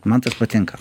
man tas patinka